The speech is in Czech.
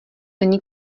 není